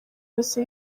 yose